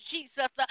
Jesus